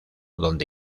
donde